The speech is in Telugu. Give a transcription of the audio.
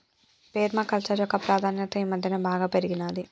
పేర్మ కల్చర్ యొక్క ప్రాధాన్యత ఈ మధ్యన బాగా పెరిగినాది